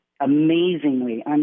amazingly